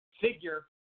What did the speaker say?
figure